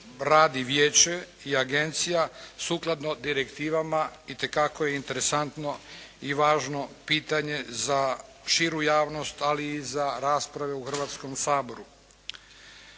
radi vijeće i agencija sukladno direktivama itekako je interesantno i važno pitanje za širu javnost, ali i za rasprave u Hrvatskom saboru.